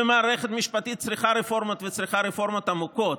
והמערכת המשפטית צריכה רפורמות וצריכה רפורמות עמוקות,